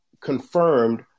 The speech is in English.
confirmed